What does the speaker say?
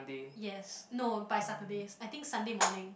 yes no by Saturday I think Sunday morning